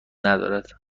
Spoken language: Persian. ندارد